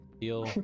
deal